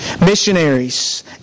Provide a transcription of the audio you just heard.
missionaries